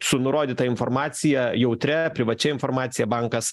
su nurodyta informacija jautria privačia informacija bankas